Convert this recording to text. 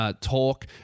Talk